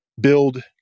build